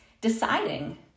deciding